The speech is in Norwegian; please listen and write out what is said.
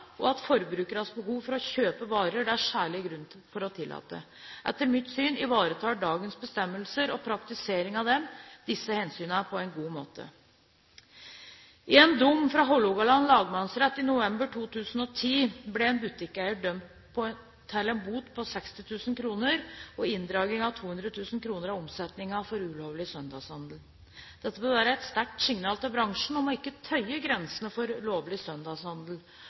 og hensynet til forbrukernes behov for å kjøpe varer det er særlige grunner til å tillate. Etter mitt syn ivaretar dagens bestemmelser og praktiseringen av dem disse hensynene på en god måte. I en dom fra Hålogaland lagmannsrett i november 2010 ble en butikkeier dømt til en bot på 60 000 kr og inndragning av 200 000 kr av omsetningen fra ulovlig søndagshandel. Dette bør være et sterkt signal til bransjen om ikke å tøye grensene for lovlig søndagshandel,